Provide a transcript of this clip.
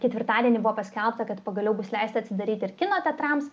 ketvirtadienį buvo paskelbta kad pagaliau bus leista atsidaryti ir kino teatrams